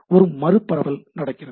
எனவே ஒரு மறுபரவல் நடக்கிறது